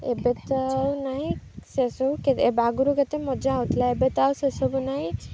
ଏବେ ତ ଆଉ ନାହିଁ ସେସବୁ ଆଗୁରୁ କେତେ ମଜା ହଉଥିଲା ଏବେ ତ ଆଉ ସେସବୁ ନାହିଁ